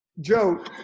Joe